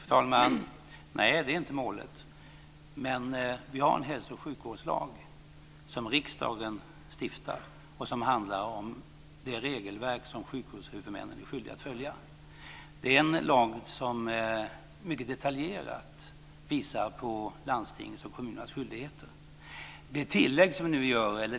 Fru talman! Nej, det är inte målet. Vi har en hälso och sjukvårdslag som riksdagen har stiftat. Den innehåller det regelverk som sjukhushuvudmännen är skyldiga att följa. Det är en lag som mycket detaljerat visar på landstingens och kommunernas skyldigheter.